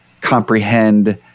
comprehend